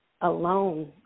alone